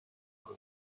کادو